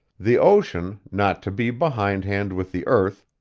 the ocean, not to be behindhand with the earth,